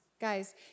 Guys